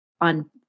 on